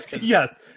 Yes